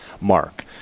Mark